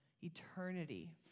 eternity